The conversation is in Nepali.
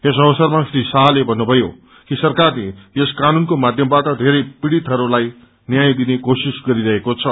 यस अवसरमा श्री शाहले भन्नुभयो कि सरकारले यस क्वनून को माध्यमबाट धेरै पीडितहस्ताई न्याय दिने कोशिश गरिरहेको छ